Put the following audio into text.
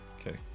Okay